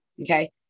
okay